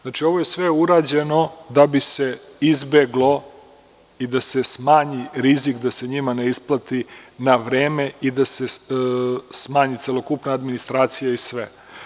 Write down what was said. Znači, ovo je sve urađeno da bi se izbeglo i da se smanji rizik da se njima ne isplati na vreme i da se smanji celokupna administracija i sve.